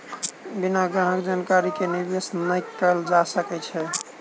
बिना ग्राहक जानकारी के निवेश नै कयल जा सकै छै